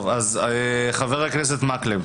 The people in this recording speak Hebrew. חבר הכנסת מקלב,